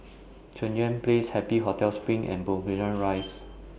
Cheng Yan Place Happy Hotel SPRING and Burgundy Rise